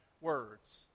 words